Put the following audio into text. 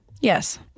Yes